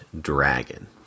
Dragon